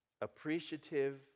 appreciative